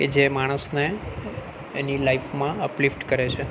કે જે માણસને એની લાઈફમાં અપલીફ્ટ કરે છે